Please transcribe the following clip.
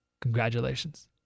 Congratulations